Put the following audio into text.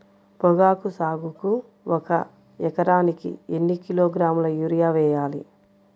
పొగాకు సాగుకు ఒక ఎకరానికి ఎన్ని కిలోగ్రాముల యూరియా వేయాలి?